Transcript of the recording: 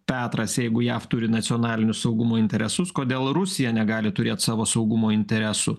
petras jeigu jav turi nacionalinius saugumo interesus kodėl rusija negali turėti savo saugumo interesų